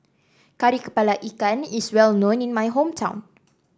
Kari kepala Ikan is well known in my hometown